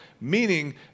Meaning